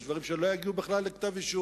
יש דברים שלא יגיעו בכלל לכתב-אישום,